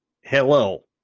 Hello